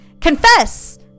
Confess